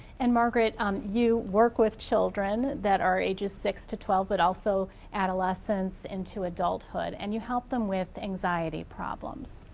and margaret, um you work with children that are ages six to twelve, but also adolescents into adulthood and you help them with anxiety problems.